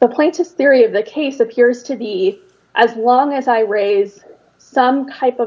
the plaintiff theory of the case appears to be as long as i raise some type of